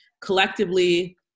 collectively